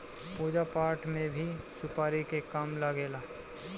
पूजा पाठ में भी सुपारी के काम लागेला